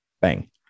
Bang